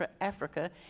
Africa